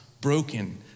broken